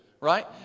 right